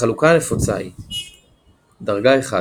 החלוקה הנפוצה היא דרגה 1